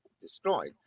destroyed